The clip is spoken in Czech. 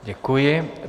Děkuji.